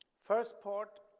first part,